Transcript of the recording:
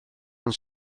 ond